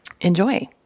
enjoy